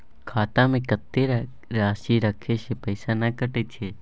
खाता में कत्ते राशि रखे से पैसा ने कटै छै?